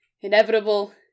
inevitable